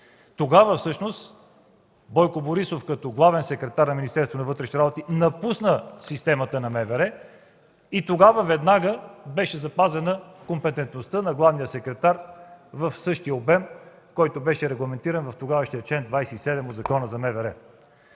Тогава Бойко Борисов като главен секретар на Министерството на вътрешните работи напусна системата на МВР и веднага беше запазена компетентността на главния секретар в същия обем, който беше регламентиран в тогавашния член 27 от Закона за МВР.